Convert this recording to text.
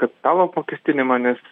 kapitalo apmokestinimą nes